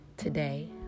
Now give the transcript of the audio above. Today